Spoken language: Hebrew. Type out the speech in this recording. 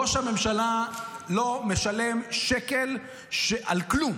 ראש הממשלה לא משלם שקל על כלום.